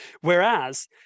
Whereas